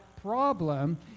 problem